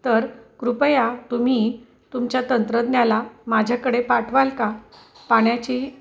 तर कृपया तुम्ही तुमच्या तंत्रज्ञाला माझ्याकडे पाठवाल का पाण्याची